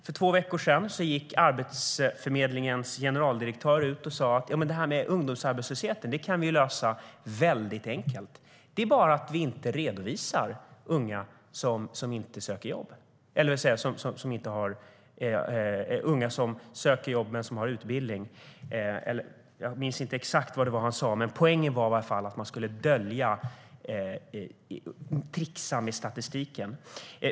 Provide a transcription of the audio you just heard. För två veckor sedan sa Arbetsförmedlingens generaldirektör att ungdomsarbetslösheten enkelt kunde lösas genom att man inte redovisade de unga som söker jobb som har utbildning, eller något. Jag minns inte exakt vad han sa, men poängen var att man skulle trixa med statistiken.